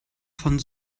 von